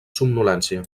somnolència